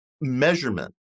measurement